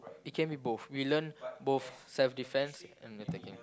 it can be both we learn both self defense and attacking